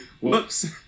Whoops